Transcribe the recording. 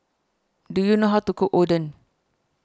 do you know how to cook Oden